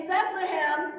Bethlehem